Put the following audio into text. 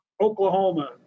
Oklahoma